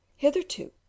Hitherto